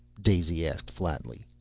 daisy asked flatly.